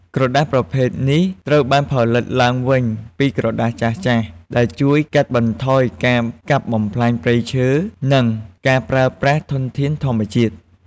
ក្រដាសប្រភេទនេះត្រូវបានផលិតឡើងវិញពីក្រដាសចាស់ៗ ដែលជួយកាត់បន្ថយការកាប់បំផ្លាញព្រៃឈើ និងការប្រើប្រាស់ធនធានធម្មជាតិ។